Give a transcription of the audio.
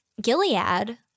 Gilead